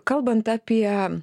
kalbant apie